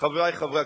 חברי חברי הכנסת,